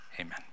amen